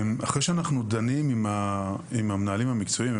אחרי שאנחנו דנים עם המנהלים המקצועיים,